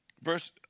Verse